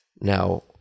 Now